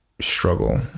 struggle